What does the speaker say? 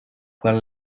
quan